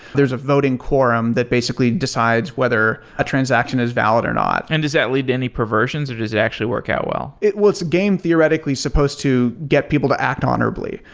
there's a voting quorum that basically decides whether a transaction is valid or not. and does that lead to any perversions or does it actually work out well? well, it's gamed theoretically supposed to get people to act honorably,